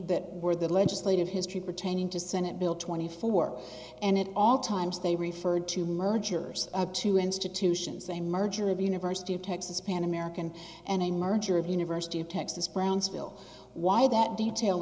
that were the legislative history pertaining to senate bill twenty four and at all times they referred to mergers two institutions a merger of the university of texas pan american and merger of university of texas brownsville why that detail